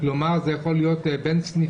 כלומר, זה יכול להיות בין-סניפי?